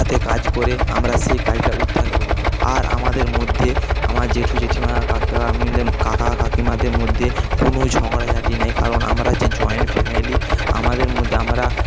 হাতে কাজ করে আমরা সেই কাজটা উদ্ধার করি আর আমাদের মধ্যে আমার জেঠু জেঠিমা কাকা কাকা কাকিমাদের মধ্যে কোনও ঝগড়া ঝাটি নেই কারণ আমরা হচ্ছি জয়েন্ট ফ্যামিলি আমাদের মধ্যে আমরা